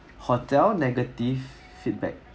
hotel negative feedback